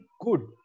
good